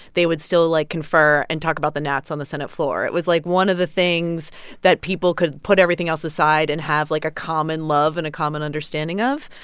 they would still, like, confer and talk about the nats on the senate floor. it was, like, one of the things that people could put everything else aside and have, like, a common love and a common understanding of.